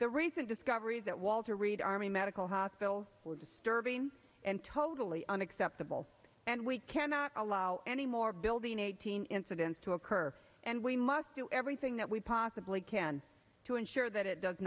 the recent discoveries that walter reed army medical hospital disturbing and totally unacceptable and we cannot allow any more building eighteen incidents to occur and we must do everything that we possibly can to ensure that it does